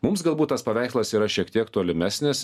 mums galbūt tas paveikslas yra šiek tiek tolimesnis